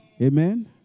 Amen